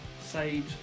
sage